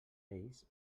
ells